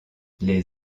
les